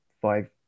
five